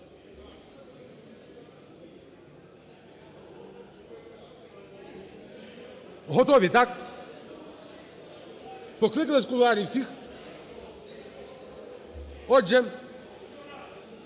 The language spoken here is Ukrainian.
Готові, так? Покликали з кулуарів всіх? Отже,